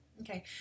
Okay